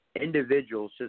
individuals